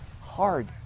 hard